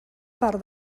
part